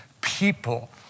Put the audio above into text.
people